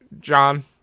John